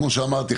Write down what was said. כמו שאמרתי,